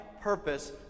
purpose